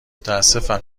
متأسفم